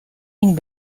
این